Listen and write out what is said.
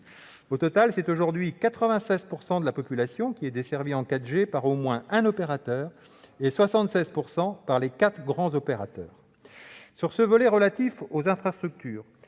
Au total, 96 % de la population est aujourd'hui desservie en 4G par au moins un opérateur, et 76 % par les quatre grands opérateurs. Sur ce volet relatif aux infrastructures,